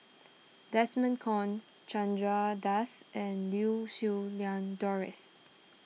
Desmond Kon Chandra Das and Liew Siew Lang Doris